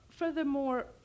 Furthermore